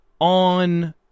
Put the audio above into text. on